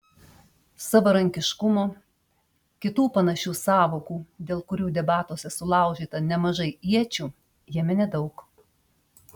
savarankiškumo kitų panašių sąvokų dėl kurių debatuose sulaužyta nemažai iečių jame nedaug